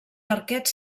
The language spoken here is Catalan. arquets